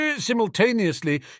Simultaneously